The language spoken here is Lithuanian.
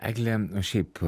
egle o šiaip